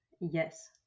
Yes